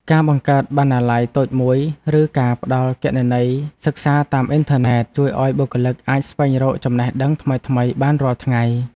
ការបង្កើតបណ្ណាល័យតូចមួយឬការផ្ដល់គណនីសិក្សាតាមអ៊ីនធឺណិត ជួយឱ្យបុគ្គលិកអាចស្វែងរកចំណេះដឹងថ្មីៗបានរាល់ថ្ងៃ។